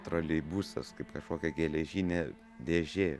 troleibusas kaip kažkokia geležinė dėžė